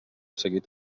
seguit